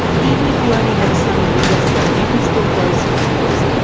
even if you only have a sunny windowsill, you can still grow some herbs.